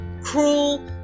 cruel